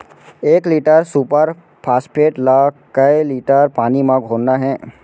एक litre super phosphate ला कए लीटर पानी मा घोरना हे?